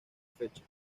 fecha